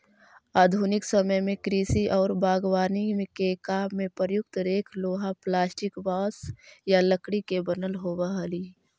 आधुनिक समय में कृषि औउर बागवानी के काम में प्रयुक्त रेक लोहा, प्लास्टिक, बाँस या लकड़ी के बनल होबऽ हई